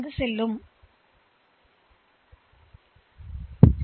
அது அல்லது வேறு வழியில் வளர முடியாது